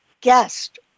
guest